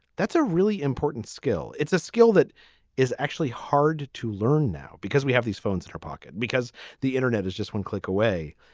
that's a really important skill. it's a skill that is actually hard to learn now because we have these phones in her pocket because the internet is just one click away.